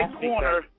corner